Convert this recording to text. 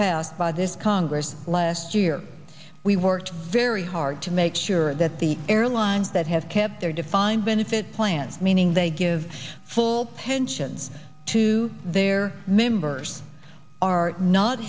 passed by this congress last year we worked very hard to make sure that the airlines that have kept their defined benefit plan meaning they give full pensions to their members are not